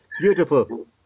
Beautiful